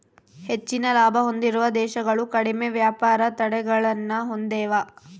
ಹೆಚ್ಚಿನ ಲಾಭ ಹೊಂದಿರುವ ದೇಶಗಳು ಕಡಿಮೆ ವ್ಯಾಪಾರ ತಡೆಗಳನ್ನ ಹೊಂದೆವ